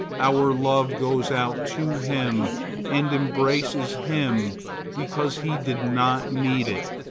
our love goes out to him and embraces him because he did not need it.